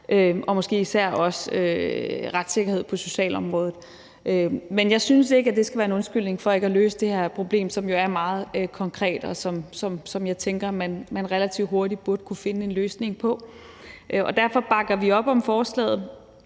og måske især også retssikkerhed på socialområdet. Men jeg synes ikke, at det skal være en undskyldning for ikke at løse det her problem, som jo er meget konkret, og som jeg tænker man relativt hurtigt burde kunne finde en løsning på. Derfor bakker vi op om forslaget.